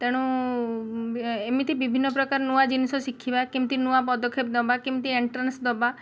ତେଣୁ ଏମିତି ବିଭିନ୍ନପ୍ରକାର ନୂଆ ଜିନିଷ ଶିଖିବା କେମିତି ନୂଆ ପଦକ୍ଷେପ ନେବା କେମିତି ଏଣ୍ଟ୍ରାନ୍ସ ଦେବା